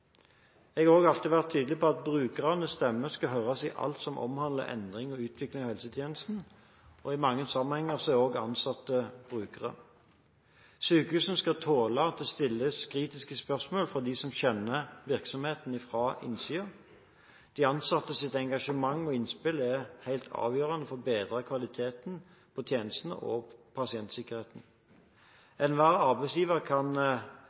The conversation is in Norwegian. Jeg har også alltid vært tydelig på at brukernes stemme skal høres i alt som omhandler endring og utvikling av helsetjenesten. I mange sammenhenger er også ansatte brukere. Sykehusene skal tåle at det stilles kritiske spørsmål fra dem som kjenner virksomheten fra innsiden. De ansattes engasjement og innspill er helt avgjørende for å bedre kvaliteten på tjenestene og pasientsikkerheten. Enhver arbeidsgiver kan